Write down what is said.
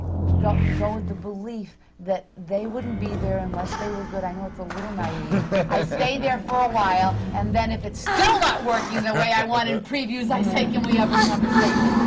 go with the belief that they wouldn't be there unless they were good. i know it's a little naive. i stay there for a while, and then if it's still not working and the way i want in previews, i say, can we have a conversation?